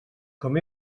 com